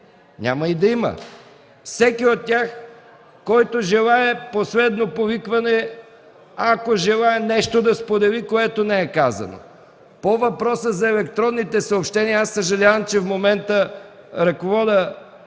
Няма и да има! Всеки от тях, който желае, последно повикване, ако желае нещо да сподели, ако не е казано. По въпроса за електронните съобщения, аз съжалявам, че в момента ръководя